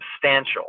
substantial